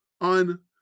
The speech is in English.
on